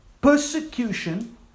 persecution